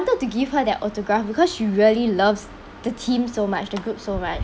to give her their autograph because she really loves the team so much the group so much